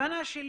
הכוונה שלי